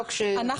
טיפול).